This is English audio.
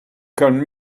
can